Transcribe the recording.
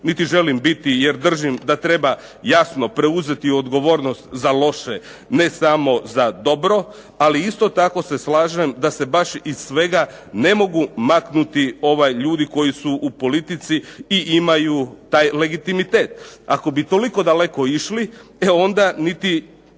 niti želim biti, jer držim da treba jasno preuzeti odgovornost za loše, ne samo za dobro. Ali isto tako se slažem da se baš iz svega ne mogu maknuti ljudi koji su u politici i imaju taj legitimitet. Ako bi toliko daleko išli, e onda niti,